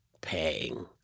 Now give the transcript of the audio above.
paying